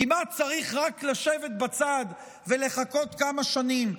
כמעט צריך רק לשבת בצד ולחכות כמה שנים,